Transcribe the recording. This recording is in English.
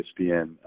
ESPN